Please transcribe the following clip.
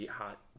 hot